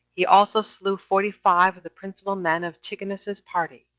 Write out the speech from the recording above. he also slew forty-five of the principal men of antigonus's party,